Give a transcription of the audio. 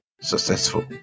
successful